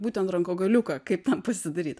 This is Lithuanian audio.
būtent rankogaliuką kaip ten pasidaryt